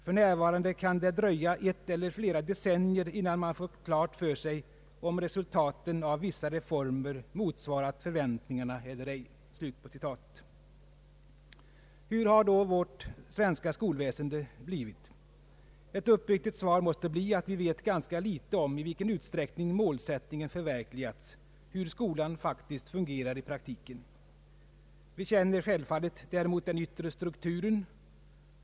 För närvarande kan det dröja ett eller flera decennier innan man fått klart för sig, om resultaten av vissa reformer motsvarat förväntningarna eller ej.» Hur har då vårt svenska skolväsen blivit? Ett uppriktigt svar måste bli att vi vet ganska litet om i vilken utsträckning målsättningen förverkligats, hur skolan faktiskt fungerar i praktiken. Vi känner självfallet däremot den yttre strukturen.